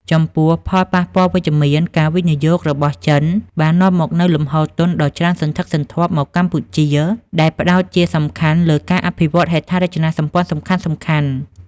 ចំពោះផលប៉ះពាល់វិជ្ជមាន ការវិនិយោគរបស់ចិនបាននាំមកនូវលំហូរទុនដ៏ច្រើនសន្ធឹកសន្ធាប់មកកម្ពុជា ដែលផ្តោតជាសំខាន់លើការអភិវឌ្ឍន៍ហេដ្ឋារចនាសម្ព័ន្ធសំខាន់ៗ។